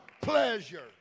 pleasure